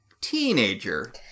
teenager